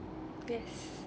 yes